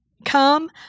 come